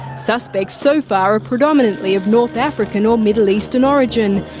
suspects so far are predominantly of north african or middle eastern origin.